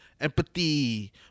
empathy